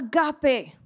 agape